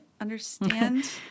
understand